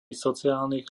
sociálnych